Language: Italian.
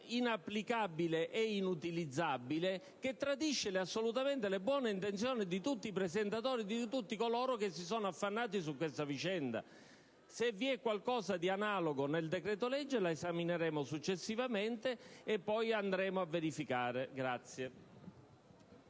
inapplicabile e inutilizzabile, che tradisce le buone intenzioni di tutti i presentatori e di tutti coloro che si sono affannati su questa vicenda. Se vi è qualcosa di analogo nel decreto‑legge, lo esamineremo successivamente e poi andremo a verificare.